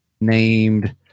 named